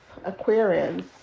Aquarians